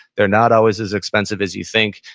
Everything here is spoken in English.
they're not always as expensive as you think.